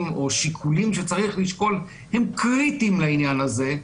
או שיקולים שצריך לשקול הם קריטיים לעניין הזה,